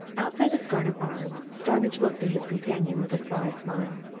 outside the scarnham arms, starmidge looked at his companion with a sly smile.